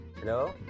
Hello